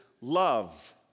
love